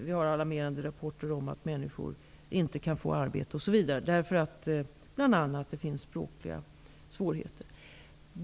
Vi har fått alarmerande rapporter om att människor inte kan få arbete på grund av bl.a. språkliga svårigheter.